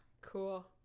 Cool